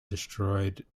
destroyed